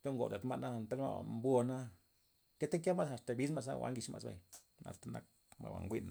ndo ngoda ladma ' ta mod ty'ata nke ma' asta mbiz ma' ze jwa' ngitx ma' za bay jwa'na nak ma' njwi'n.